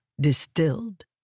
distilled